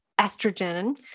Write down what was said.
estrogen